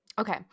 Okay